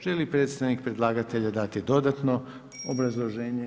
Želi li predstavnik predlagatelja dati dodatno obrazloženje?